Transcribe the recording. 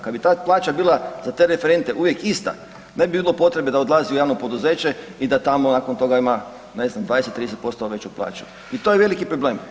Kad bi tad plaća bila za te referente uvijek ista, ne bi bilo potrebe da odlazi u javno poduzeće i da tako nakon toga ima ne znam, 20, 30% veću plaću i to je veliki problem.